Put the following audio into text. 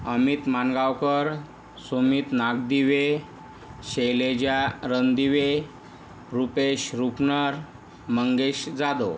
Amit Mangaonkar Sumit Nagdive Sheleja Randive Rupesh Rupnar Mangesh Jadhav